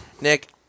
nick